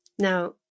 Now